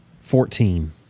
Fourteen